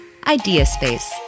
Ideaspace